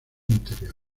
interior